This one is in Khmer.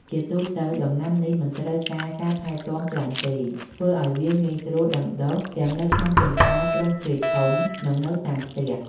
ជាទូទៅ ដំណាំនេះមិនត្រូវការការថែទាំច្រើនទេ ធ្វើឱ្យវាងាយស្រួលដាំដុះទាំងនៅក្នុងចំការទ្រង់ទ្រាយធំ និងនៅតាមផ្ទះ។